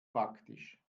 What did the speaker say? praktisch